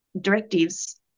directives